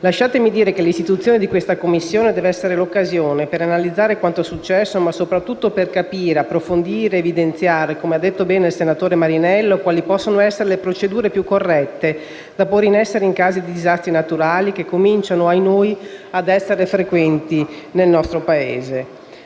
Lasciatemi dire che l'istituzione di questa Commissione deve essere l'occasione per analizzare quanto successo ma soprattutto per capire, approfondire ed evidenziare - come ha detto bene il senatore Marinello - quali possono essere le procedure più corrette da porre in essere in casi di disastri naturali che cominciano, ahinoi, ad essere sempre più frequenti nel nostro Paese: